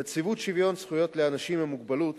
נציבות שוויון זכויות לאנשים עם מוגבלות